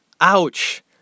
Ouch